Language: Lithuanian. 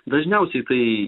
dažniausiai tai